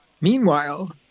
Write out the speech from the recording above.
Meanwhile